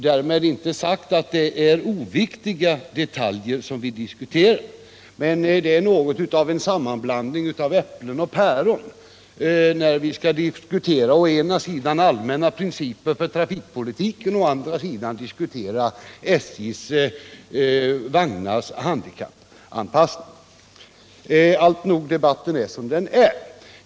Därmed inte sagt att det är oviktiga detaljer som vi diskuterar, men det är något av en sammanblandning av äpplen och päron när vi diskuterar å ena sidan allmänna principer för trafikpolitiken och å andra sidan SJ:s vagnars handikappanpassning. Alltnog, debatten är som den är.